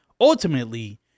ultimately